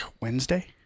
Wednesday